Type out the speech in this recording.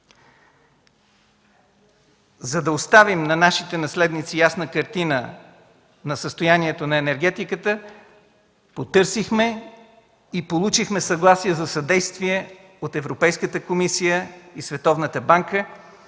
За да оставим на нашите наследници ясна картина за състоянието на енергетиката, потърсихме и получихме съгласие за съдействие от Европейската комисия и Световната банка,